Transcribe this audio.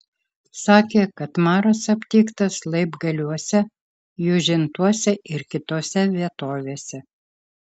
sakė kad maras aptiktas laibgaliuose jūžintuose ir kitose vietovėse